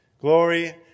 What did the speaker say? glory